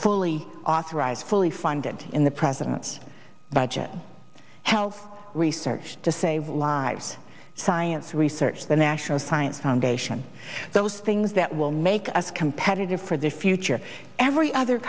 fully authorized fully funded in the president's budget health research to save lives science research the national science foundation those things that will make us competitive for the future every other